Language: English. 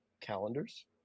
calendars